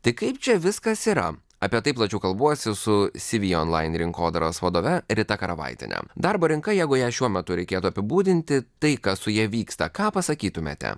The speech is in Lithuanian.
tai kaip čia viskas yra apie tai plačiau kalbuosi su syvi onlain rinkodaros vadove rita karavaitiene darbo rinka jeigu ją šiuo metu reikėtų apibūdinti tai kas su ja vyksta ką pasakytumėte